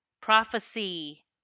prophecy